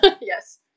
Yes